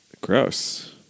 Gross